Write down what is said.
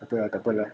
ah tu lah takpe lah